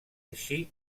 així